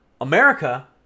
America